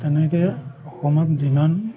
তেনেকৈ অসমত যিমান